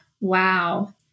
Wow